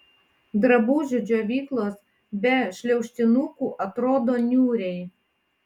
drabužių džiovyklos be šliaužtinukų atrodo niūriai